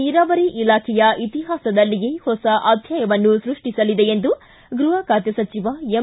ನೀರಾವರಿ ಇಲಾಖೆ ಇತಿಹಾಸದಲ್ಲಿಯೇ ಹೊಸ ಅಧ್ಯಾಯವನ್ನು ಸೃಷ್ಠಿಸಲಿದೆ ಎಂದು ಗೃಹ ಸಚಿವ ಎಂ